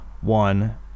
one